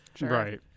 right